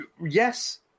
Yes